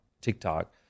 TikTok